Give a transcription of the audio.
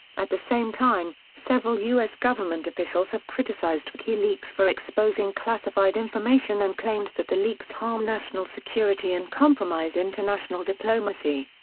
at the same time, several u s. government officials have criticized wikileaks for exposing classified information and claimed that the leaks harm national security and compromise international diplomacy.